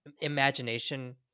imagination